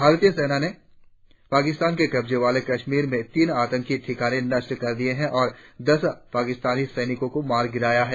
भारतीय सेना ने पाकिस्तान के कब्जे वाले कश्मीर में तीन आतंकी ठिकाने नष्ट कर दिए है और दस पाकिस्तानी सैनिकों को मार गिराया है